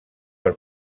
per